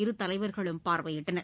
இருதலைவர்களும் பார்வையிட்டனர்